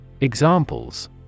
Examples